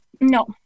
no